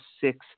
six